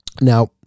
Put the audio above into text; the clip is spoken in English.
Now